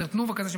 תנובה כזה,